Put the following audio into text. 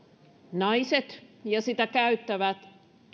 naiset ja sitä käyttävät